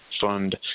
fund